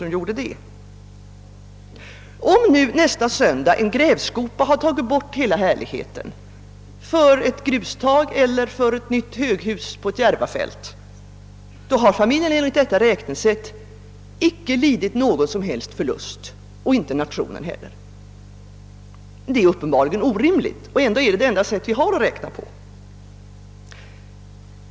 Om en grävskopa nästa söndag har tagit bort hela härligheten för att ge plats för ett grustag eller ett höghus på något nytt Järvafält, har familjen enligt detta räknesätt inte lidit någon förlust och inte nationen heller. Detta är uppenbarligen orimligt, och ändå är det det enda sätt vi har att räkna på.